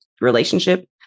relationship